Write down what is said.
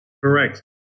Correct